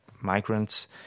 migrants